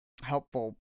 helpful